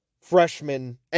freshman